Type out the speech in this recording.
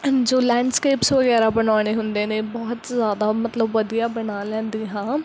ਜੋ ਲੈਂਡਸਕੇਪਸ ਵਗੈਰਾ ਬਣਾਉਣੇ ਹੁੰਦੇ ਨੇ ਬਹੁਤ ਜ਼ਿਆਦਾ ਮਤਲਬ ਵਧੀਆ ਬਣਾ ਲੈਂਦੀ ਹਾਂ